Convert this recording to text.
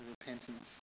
repentance